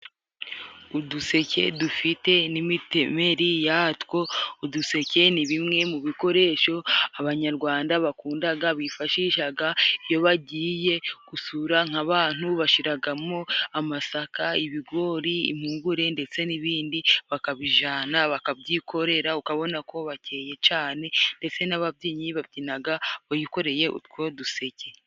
Uduseke dufite n'imitemeri yatwo. Uduseke ni bimwe mu bikoresho Abanyarwanda bakundaga bifashishaga iyo bagiye gusura nk'abantu. Bashiragamo amasaka, ibigori, impugure ndetse n'ibindi, bakabijana bakabyikorera ukabona ko bakeye cane. Ndetse n'ababyinnyi babyinaga bikoreye utwo duseke.